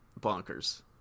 bonkers